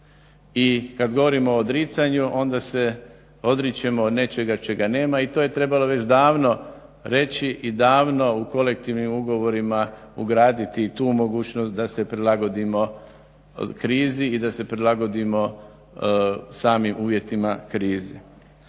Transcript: I kad govorimo o odricanju onda se odričemo nečega čega nema i to je trebalo već davno reći i davno u kolektivnim ugovorima ugraditi tu mogućnost da se prilagodimo krizi i da se prilagodimo samim uvjetima krize.